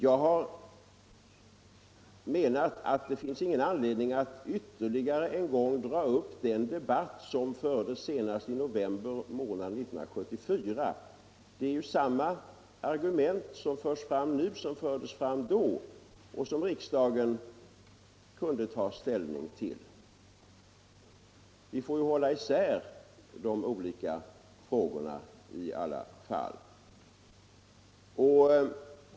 Jag menar att det finns ingen anledning att ytterligare en gång dra upp den debatt som fördes senast i november 1974. Samma argument förs ju fram nu som vid debatten i november, då riksdagen kunde ta ställning till dem. Vi får hålla isär de olika frågorna i alla fall.